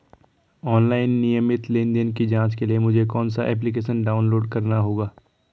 Online नियमित लेनदेन की जांच के लिए मुझे कौनसा एप्लिकेशन डाउनलोड करना होगा?